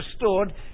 restored